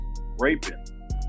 raping